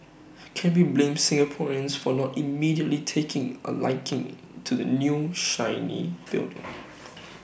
can we blame Singaporeans for not immediately taking A liking to the new shiny building